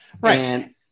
Right